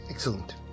Excellent